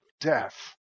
death